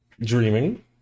Dreaming